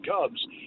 Cubs